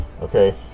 Okay